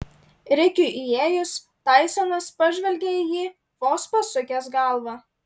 rikiui įėjus taisonas pažvelgė į jį vos pasukęs galvą